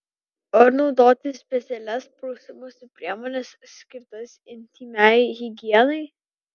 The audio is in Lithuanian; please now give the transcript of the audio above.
ar naudoti specialias prausimosi priemones skirtas intymiai higienai